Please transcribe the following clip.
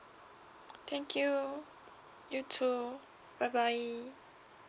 thank you you too bye bye